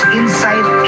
inside